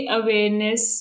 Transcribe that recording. awareness